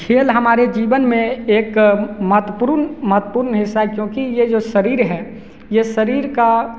खेल हमारे जीवन में एक महत्वपूर्ण महत्वपूर्ण हिस्सा है क्योंकि ये जो शरीर है ये शरीर का